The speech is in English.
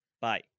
Bye